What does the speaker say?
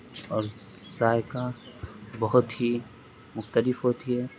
اور ذائقہ کا بہت ہی مختلف ہوتی ہے